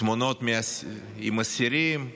תמונות עם הסירים,